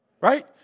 right